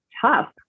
tough